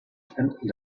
and